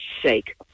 sake